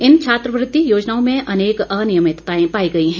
इन छात्रवृति योजनाओं में अनेक अनियमितताएं पाई गई हैं